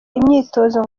imyitozo